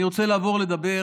אני רוצה לעבור לדבר